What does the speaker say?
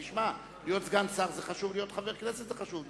להיות סגן שר זה חשוב ולהיות חבר כנסת זה חשוב.